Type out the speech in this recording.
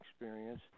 experience